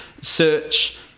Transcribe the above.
Search